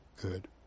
good